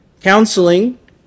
counseling